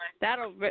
That'll